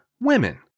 women